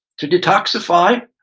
to detoxify,